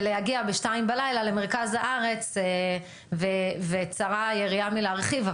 ולהגיע בשתיים בלילה למרכז הארץ וצרה היריעה מלהרחיב.